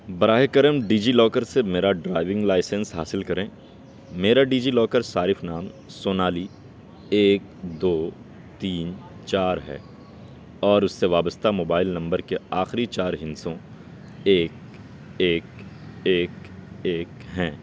براہِ کرم DigiLocker سے میرا ڈرائیونگ لائسنس حاصل کریں میرا ڈیجی لاکر صارف نام سونالی ایک دو تین چار ہے اور اس سے وابستہ موبائل نمبر کے آخری چار ہندسوں ایک ایک ایک ایک ہیں